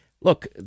Look